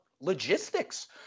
logistics